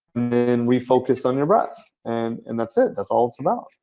then refocus on your breath. and and that's it. that's all it's about.